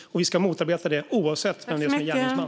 Vi ska motarbeta det oavsett vem det är som är gärningsman.